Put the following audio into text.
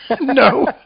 No